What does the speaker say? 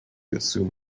assume